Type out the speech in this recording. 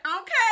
Okay